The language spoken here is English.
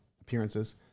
appearances